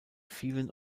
vielen